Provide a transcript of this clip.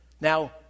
Now